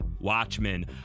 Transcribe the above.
Watchmen